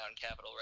Capitol